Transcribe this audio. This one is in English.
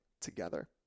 together